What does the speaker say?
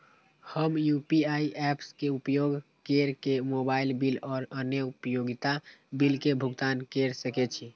हम UPI apps के उपयोग केर के मोबाइल बिल और अन्य उपयोगिता बिल के भुगतान केर सके छी